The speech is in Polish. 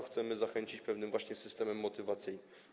Chcemy ich zachęcić pewnym właśnie systemem motywacyjnym.